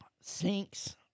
Sinks